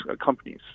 companies